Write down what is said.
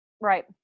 Right